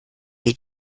wie